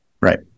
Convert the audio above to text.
Right